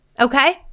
Okay